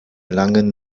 langen